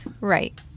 Right